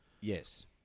Yes